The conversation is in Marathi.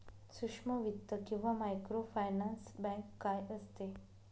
सूक्ष्म वित्त किंवा मायक्रोफायनान्स बँक काय असते?